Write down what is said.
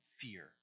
fear